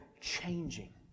changing